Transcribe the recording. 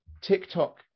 TikTok